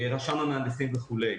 רשם המהנדסים וכולי.